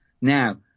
Now